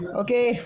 okay